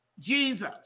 Jesus